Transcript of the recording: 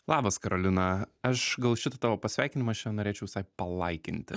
labas karolina aš gal šitą tavo pasveikinimą šiandien norėčiau visai palaikinti